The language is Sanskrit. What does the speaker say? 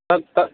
तत्तत्